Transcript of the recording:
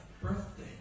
birthday